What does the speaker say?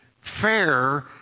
fair